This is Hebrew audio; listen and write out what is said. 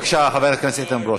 בבקשה, חבר הכנסת איתן ברושי.